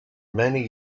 many